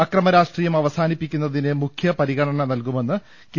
അക്രമ രാഷ്ട്രീയം അവസാനിപ്പിക്കുന്നതിന് മുഖ്യ പരിഗണന നൽകുമെന്ന് കെ